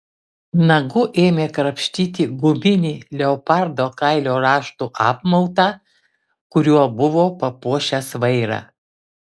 nagu ėmė krapštyti guminį leopardo kailio raštų apmautą kuriuo buvo papuošęs vairą